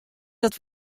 dat